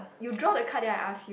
you draw the card then I ask you